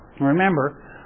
Remember